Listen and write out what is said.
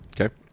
Okay